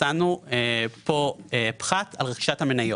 נתנו כאן פחת על רכישת המניות.